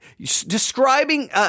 describing